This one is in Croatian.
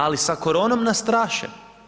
Ali sa koronom nas straše.